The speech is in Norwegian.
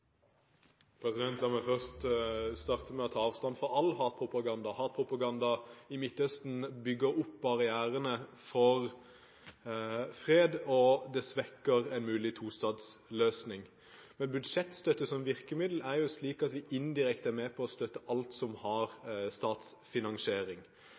La meg starte med å ta avstand fra all hatpropaganda. Hatpropaganda i Midtøsten bygger opp barrierene for fred og det svekker en mulig tostatsløsning. Med budsjettstøtte som virkemiddel er det slik at vi indirekte er med på å støtte alt som har